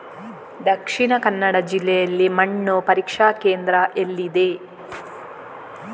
ದಕ್ಷಿಣ ಕನ್ನಡ ಜಿಲ್ಲೆಯಲ್ಲಿ ಮಣ್ಣು ಪರೀಕ್ಷಾ ಕೇಂದ್ರ ಎಲ್ಲಿದೆ?